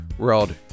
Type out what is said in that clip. World